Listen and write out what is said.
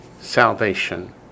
salvation